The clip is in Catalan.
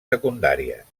secundàries